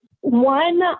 One